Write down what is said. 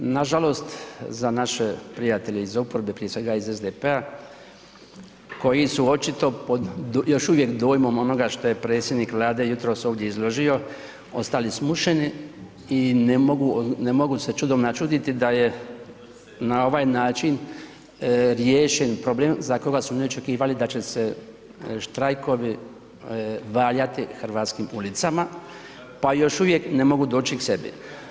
Nažalost za naše prijatelje iz oporbe, prije svega iz SDP-a koji su očito pod, još uvijek dojmom onoga što je predsjednik Vlade jutros ovdje izložio ostali smušeni i ne mogu se čudom načuditi da je na ovaj način riješen problem za koji su oni očekivali da će se štrajkovi valjati hrvatskim ulicama, pa još uvijek ne mogu doći k sebi.